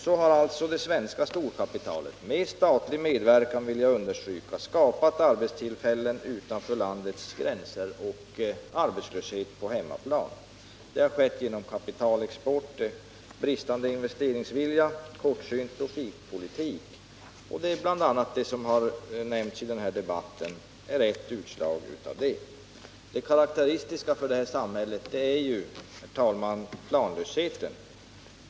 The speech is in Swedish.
Så har det svenska storkapitalet med statlig medverkan — det vill jag understryka — skapat arbetstillfällen utanför landets gränser och arbetslöshet på hemmaplan. Det har skett genom kapitalexport och bristande investeringsvilja, och det har skett på grund av kortsynta profitintressen. Det som vi talar om i den här debatten är ett utslag av detta. Herr talman! Det karakteristiska för detta samhälle är planlösheten.